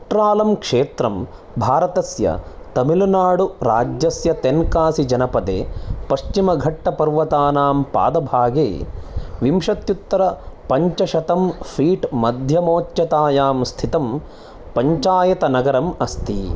कुट्रालम् क्षेत्रं भारतस्य तमिलनाडुराज्यस्य तेन्कासीजनपदे पश्चिमघट्टपर्वतानां पादभागे विंशत्युत्तरपञ्चशतं फीट् मध्यमोच्चतायां स्थितं पञ्चायतनगरम् अस्ति